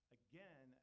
again